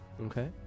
Okay